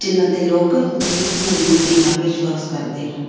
ਜਿਹਨਾਂ 'ਤੇ ਲੋਕ ਬੜੀ ਮਜਬੂਤੀ ਨਾਲ ਵਿਸ਼ਵਾਸ ਕਰਦੇ ਹਨ